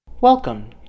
Welcome